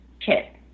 kit